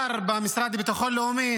לשר במשרד לביטחון לאומי,